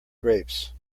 grapes